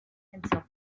himself